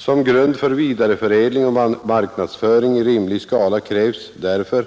Som grund för vidareförädling och marknadsföring i rimlig skala krävs därför